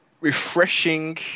refreshing